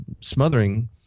smothering